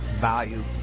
value